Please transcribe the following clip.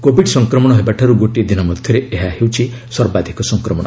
Covid ସଂକ୍ମଣ ହେବାଠାରୁ ଗୋଟିଏ ଦିନ ମଧ୍ୟରେ ଏହା ହେଉଛି ସର୍ବାଧିକ ସଂକ୍ରମଣ